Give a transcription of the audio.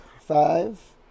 Five